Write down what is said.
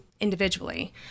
individually